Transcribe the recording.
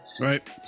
right